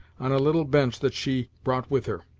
on a little bench that she brought with her.